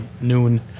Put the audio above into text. noon